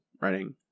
writing